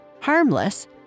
Harmless